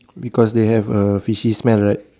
because they have a fishy smell right